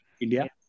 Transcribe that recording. India